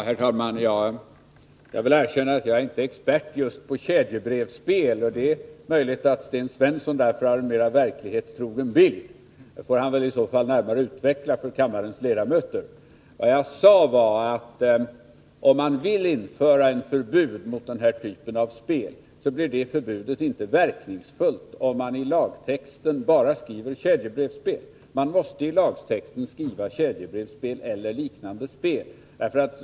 Herr talman! Jag skall erkänna att jag inte är expert på just kedjebrevsspel, och det är möjligt att Sten Svensson därför har en mera verklighetstrogen bild. Det får han väl i så fall närmare utveckla för kammarens ledamöter. Vad jag sade var att om man vill införa ett förbud mot den här typen av spel, så blir det förbudet inte verkningsfullt om man i lagtexten bara skriver ”kedjebrevsspel”. Man måste i lagtexten skriva ”kedjebrevsspel eller liknande spel”.